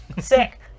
Sick